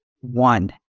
one